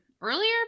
earlier